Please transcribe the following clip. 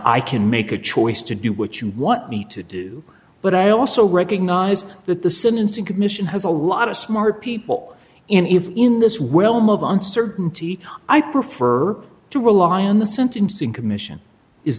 i can make a choice to do what you want me to do but i also recognize that the sentencing commission has a lot of smart people in if in this well move on certainty i prefer to rely on the sentencing commission is